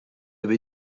جالب